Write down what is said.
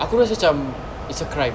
aku rasa cam it's a crime